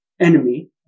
enemy